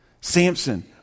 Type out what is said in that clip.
Samson